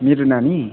मेरो नानी